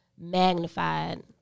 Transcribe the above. magnified